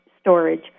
storage